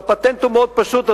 והפטנט הוא מאוד פשוט,